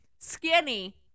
Skinny